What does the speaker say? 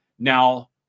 Now